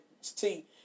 see